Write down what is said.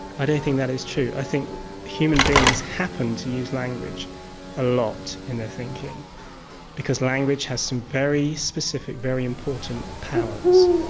i don't think that is true. i think human beings happen to use language a lot in their thinking because language has some very specific, very important powers.